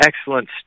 excellent